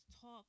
talk